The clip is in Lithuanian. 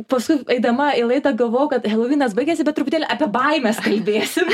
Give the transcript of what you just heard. paskui eidama į laidą galvojau kad helovinas baigėsi bet truputėlį apie baimes kalbėsim